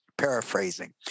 paraphrasing